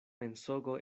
mensogo